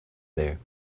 there